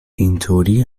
اینطوری